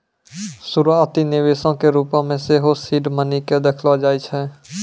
शुरुआती निवेशो के रुपो मे सेहो सीड मनी के देखलो जाय छै